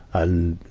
and,